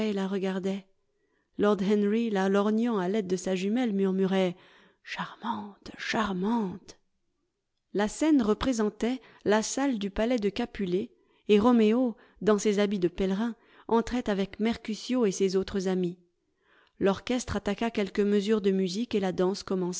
lord henry la lorgnant à l'aide de sa jumelle murmurait charmante charmante la scène représentait la salle du palais de capulet et roméo dans ses habits de pèlerin entrait avec mercutio et ses autres amis l'orchestre attaqua quelques mesures de musique et la danse